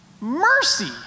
Mercy